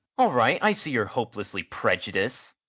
all right. i see you're hopelessly prejudiced.